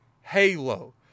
Halo